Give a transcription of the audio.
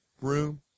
room